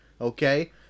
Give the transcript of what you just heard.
Okay